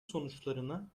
sonuçlarına